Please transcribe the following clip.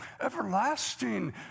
everlasting